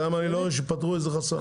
בינתיים אני לא רואה שפתרו איזה חסם.